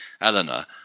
Eleanor